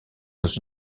dans